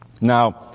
Now